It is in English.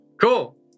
Cool